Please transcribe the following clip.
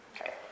Okay